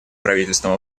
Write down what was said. правительством